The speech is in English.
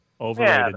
overrated